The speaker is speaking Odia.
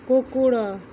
କୁକୁର